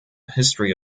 history